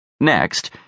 Next